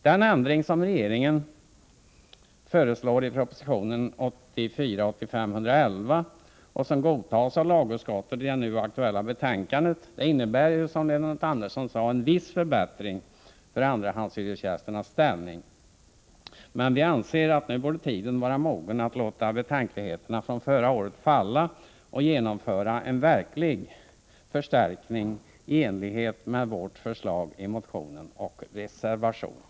Den ändring som regeringen föreslår i proposition 1984/85:111 och som godtas av lagutskottet i det nu aktuella betänkandet innebär, som Lennart Andersson sade, en viss förbättring för andrahandshyresgästernas ställning. Vi anser dock att tiden nu borde vara mogen att låta betänkligheterna från förra året falla och genomföra en verklig förstärkning i enlighet med vårt förslag i motionen och reservationen.